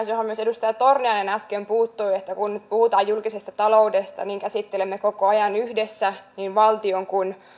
johon myös edustaja torniainen äsken puuttui että kun nyt puhutaan julkisesta taloudesta niin käsittelemme koko ajan yhdessä niin valtion kuin